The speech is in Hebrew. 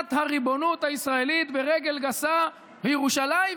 דריסת הריבונות הישראלית ברגל גסה בירושלים,